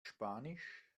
spanisch